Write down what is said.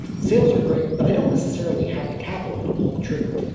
sales are great, but i don't necessarily have the capital to pull the trigger.